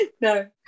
no